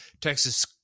texas